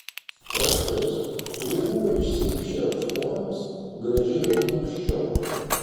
kraštus kurie buvo išsikišę už formos gražiai užlanksčiau